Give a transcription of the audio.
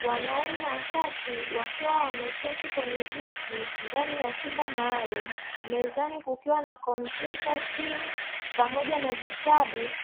Wanaume watatu wakiwa wameketi kwenye viti ndani ya chumba maalumu. Mezani kukiuwa na kompyuta, simu, pamoja na vitabu.